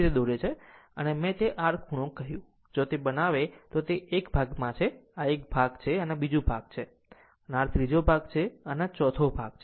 અને મેં તે r ખૂણો કહ્યું અને જો જો તે બનાવે તો તે 1 ભાગમાં છે આ 1 ભાગ છે આ બીજું ભાગ છે આ r ત્રીજો છે અને આ ચોથો છે